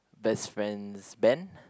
best friend's band